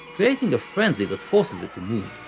creating a frenzy that forces it to move.